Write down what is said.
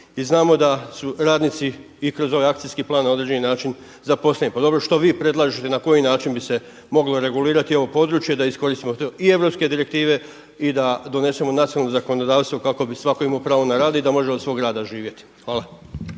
I znamo da su radnici i kroz ovaj akcijski plan na određeni način zaposleni. Pa dobro što vi predlažete na koji način bi se moglo regulirati ovo područje da iskoristimo to i europske direktive i da donesemo nacionalno zakonodavstvo kako bi svatko imao pravo na rad i da može od svog rada živjeti. Hvala.